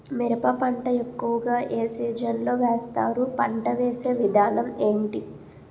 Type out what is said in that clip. మిరప పంట ఎక్కువుగా ఏ సీజన్ లో వేస్తారు? పంట వేసే విధానం ఎంటి?